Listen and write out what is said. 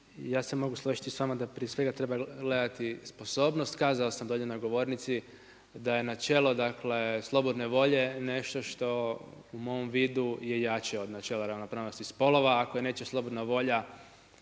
ja se mogu složiti sa vama da prije svega treba gledati sposobnost, kazao sam dolje na govornici, da je načelo slobodne volje nešto što u mom vidu je jače od načela ravnopravnosti spolova, ako je neće slobodna volja,